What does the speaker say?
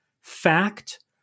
Fact